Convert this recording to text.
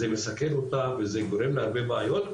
זה מסכן אותה וזה גורם להרבה בעיות,